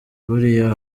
buriya